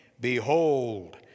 Behold